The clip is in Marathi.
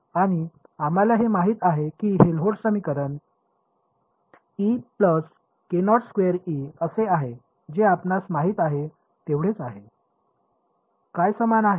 आणि आम्हाला हे माहित आहे की हेल्होल्ट्ज समीकरण असे आहे जे आपणास माहित आहे तेवढेच आहे काय समान आहे